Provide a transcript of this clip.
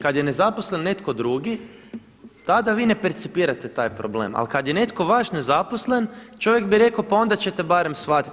Kada je nezaposlen netko drugi tada vi ne percipirate taj problem ali kada je netko vaš nezaposlen čovjek bi rekao pa onda ćete barem shvatiti.